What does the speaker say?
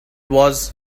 was